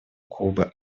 кубы